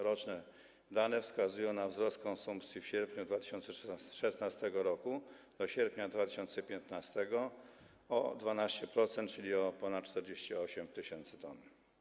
Roczne dane wskazują na wzrost konsumpcji w sierpniu 2016 r. w porównaniu z sierpniem 2015 r. o 12%, czyli o ponad 48 tys. t.